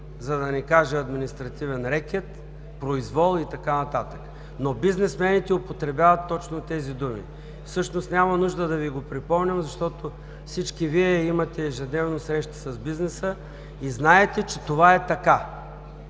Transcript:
за да не кажа „административен рекет“, „произвол“ и така нататък. Но бизнесмените употребяват точно тези думи. Всъщност, няма нужда да Ви го припомням, защото всички Вие имате ежедневно среща с бизнеса и знаете, че това е така.